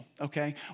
okay